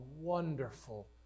wonderful